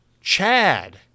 Chad